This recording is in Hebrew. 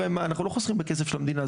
הרי אנחנו לא חוסכים בכסף של המדינה,